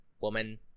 woman